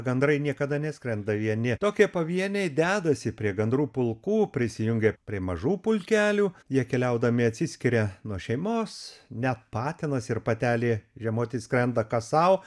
gandrai niekada neskrenda vieni tokie pavieniai dedasi prie gandrų pulkų prisijungia prie mažų pulkelių jie keliaudami atsiskiria nuo šeimos net patinas ir patelė žiemoti skrenda kas sau